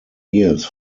years